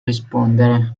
rispondere